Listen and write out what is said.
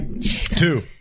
Two